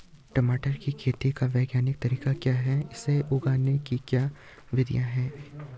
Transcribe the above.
टमाटर की खेती का वैज्ञानिक तरीका क्या है इसे उगाने की क्या विधियाँ हैं?